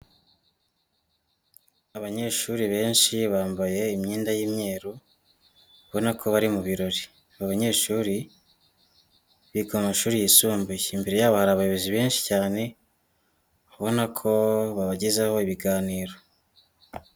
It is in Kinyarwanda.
Abanyeshuri benshi bambaye imyenda y'imyeru, ubona ko bari mu birori. Abanyeshuri biga mu mashuri yisumbuye. Imbere yabo hari abayobozi benshi cyane, ubona ko babagezaho ibiganiro.